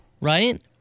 Right